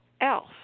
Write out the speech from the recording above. else